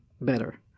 better